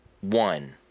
One